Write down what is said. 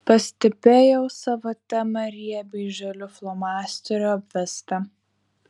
pastebėjau savo temą riebiai žaliu flomasteriu apvestą